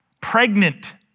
pregnant